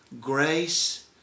grace